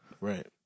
Right